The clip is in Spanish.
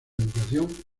educación